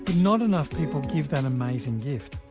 but not enough people give that amazing gift,